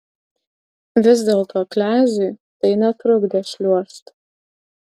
vis dėlto kleziui tai netrukdė šliuožt